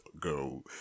go